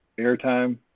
Airtime